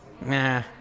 nah